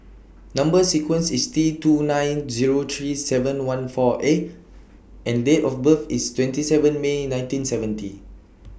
Number sequence IS T two nine Zero three seven one four A and Date of birth IS twenty seven May nineteen seventy